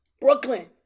Brooklyn